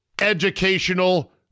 educational